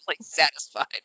satisfied